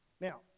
Now